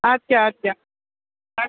اَدٕ کیٛاہ اَدٕ کیٛاہ